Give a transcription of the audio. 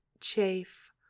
chafe